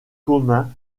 commun